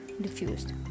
diffused